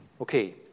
Okay